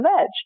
edge